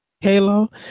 Halo